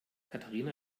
katharina